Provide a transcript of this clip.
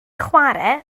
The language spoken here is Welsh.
chwarae